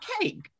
cake